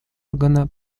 органа